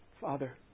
Father